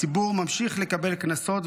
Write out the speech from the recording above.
הציבור ממשיך לקבל קנסות,